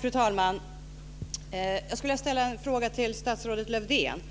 Fru talman! Jag skulle vilja ställa en fråga till statsrådet Lövdén.